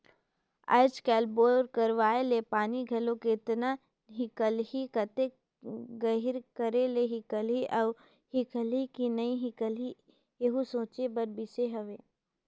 आएज काएल बोर करवाए ले पानी घलो केतना हिकलही, कतेक गहिल करे ले हिकलही अउ हिकलही कि नी हिकलही एहू सोचे कर बिसे हवे